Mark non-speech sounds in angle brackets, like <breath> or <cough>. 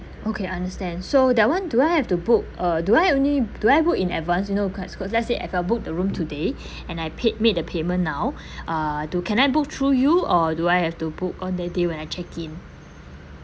okay understand so that [one] do I have to book uh do I only do I book in advance you know ca~ cause let's say if I book the room today <breath> and I paid made the payment now <breath> uh do can I booked through you or do I have to book on that day when I check in